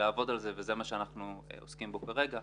לעבוד על זה וזה מה שאנחנו עוסקים בו כרגע.